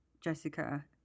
Jessica